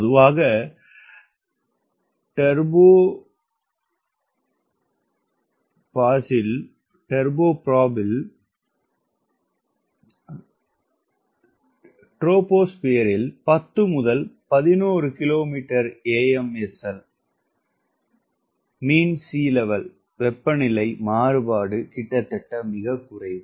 பொதுவாக ட்ரோபோபாஸில் 10 முதல் 11 கிலோமீட்டர் AMSL வெப்பநிலை மாறுபாடு கிட்டத்தட்ட மிகக் குறைவு